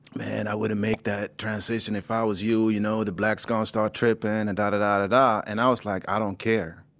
man, i wouldn't make that transition if i was you. you know, the blacks are gonna start tripping, and and da-da-da-da-da. and i was like, i don't care.